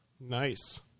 Nice